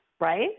right